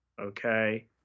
Okay